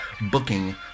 booking